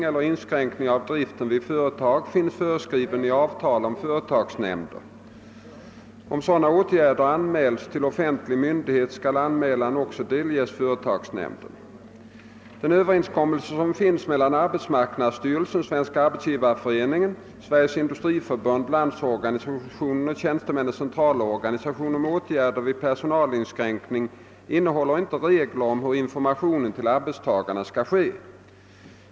eller inskränkning av driften vid företag finns föreskriven i avtalet om företagsnämnder. Om sådana åtgärder anmäls till offentlig myndighet, skall anmälan också delges företagsnämnden. Den överenskommelse som finns mellan arbetsmarknadsstyrelsen, Svenska arbetsgivareföreningen, Sveriges industriförbund, Landsorganisationen och Tjänstemännens centralorganisation om åtgärder vid personalinskränkningar innehåller inte regler om hur informationen till arbetstagarna skall ske.